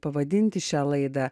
pavadinti šią laidą